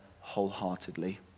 wholeheartedly